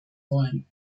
wollen